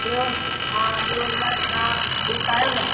ॿियो हा ॿियो तव्हां ठीकु आहियो न